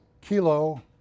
kilo